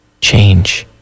change